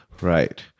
Right